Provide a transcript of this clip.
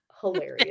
hilarious